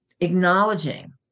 acknowledging